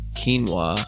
quinoa